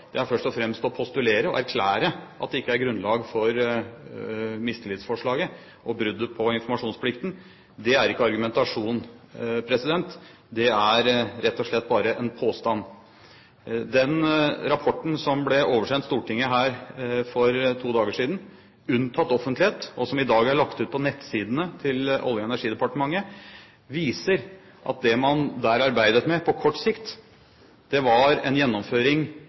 er først og fremst å postulere og erklære at det ikke er grunnlag for mistillitsforslaget om bruddet på informasjonsplikten. Det er ikke argumentasjon, det er rett og slett bare en påstand. Den rapporten som ble oversendt Stortinget for to dager siden – unntatt offentlighet – og som i dag er lagt ut på nettsidene til Olje- og energidepartementet, viser at det man arbeidet med på kort sikt, var en gjennomføring